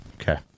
Okay